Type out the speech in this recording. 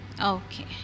Okay